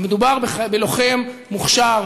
ומדובר בלוחם מוכשר,